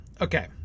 Okay